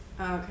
Okay